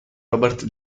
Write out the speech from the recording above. robert